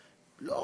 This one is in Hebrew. לא.